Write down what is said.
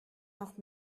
noch